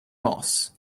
moss